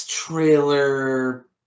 Trailer